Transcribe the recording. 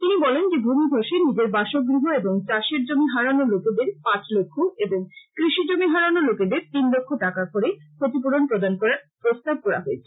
তিনি বলেন যে ধূমিধ্বসে নিজের বাসগৃহ এবং চাষের জমি হারানো লোকেদের পাঁচ লক্ষ এবং কৃষি জমি হারানো লোকেদের তিন লক্ষ টাকা করে ক্ষতিপুরণ প্রদান করার প্রস্তাব করা হয়েছে